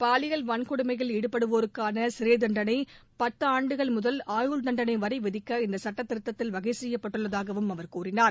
பாலியல் வன்கொடுமையில் ஈடுபடுவோருக்கான சிறைதண்டனை பத்தாண்டுகள் முதல் ஆயுள் தண்டனை வரை விதிக்க இந்த சட்டத் திருத்தத்தில் வகை செய்யப்பட்டுள்ளதாகவும் அவர் கூறினார்